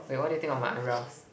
wait what do you think of my eyebrows